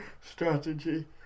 strategy